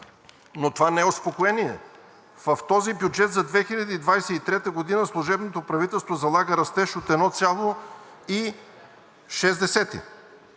Но това не е успокоение. В този бюджет за 2023 г. служебното правителство залага растеж от 1,6%.